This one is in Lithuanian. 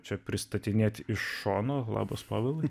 čia pristatinėti iš šono labas povilai